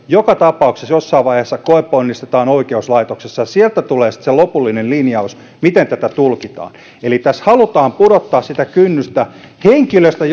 joka tapauksessa jossain vaiheessa koeponnistetaan oikeuslaitoksessa ja sieltä tulee sitten se lopullinen linjaus miten tätä tulkitaan eli tässä halutaan pudottaa kynnystä kun on kyse henkilöstä